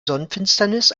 sonnenfinsternis